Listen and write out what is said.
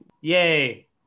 yay